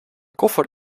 koffer